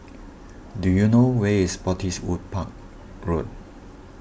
do you know where is Spottiswoode Park Road